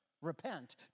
Repent